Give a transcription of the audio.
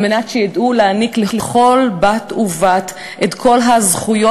כדי שידעו להעניק לכל בת ובת את כל הזכויות